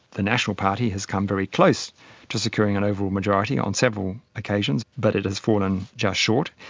the national party has come very close to securing an overall majority on several occasions but it has fallen just short.